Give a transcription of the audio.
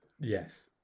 Yes